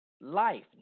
life